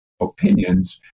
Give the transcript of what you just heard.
opinions